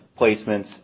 placements